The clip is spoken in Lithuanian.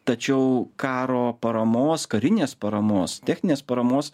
tačiau karo paramos karinės paramos techninės paramos